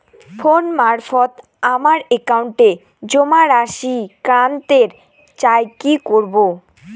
Phone মারফত আমার একাউন্টে জমা রাশি কান্তে চাই কি করবো?